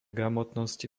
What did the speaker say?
gramotnosti